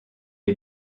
est